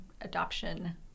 Adoption